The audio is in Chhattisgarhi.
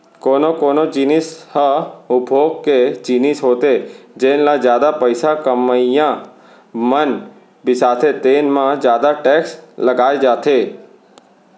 कोनो कोनो जिनिस ह उपभोग के जिनिस होथे जेन ल जादा पइसा कमइया मन बिसाथे तेन म जादा टेक्स लगाए जाथे